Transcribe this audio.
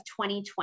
2020